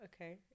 Okay